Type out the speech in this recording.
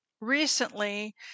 Recently